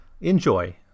enjoy